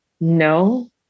No